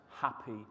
happy